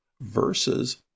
versus